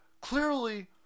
Clearly